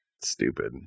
stupid